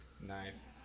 nice